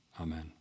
amen